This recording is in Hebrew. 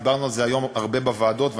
דיברנו על זה היום הרבה בוועדות,